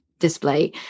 display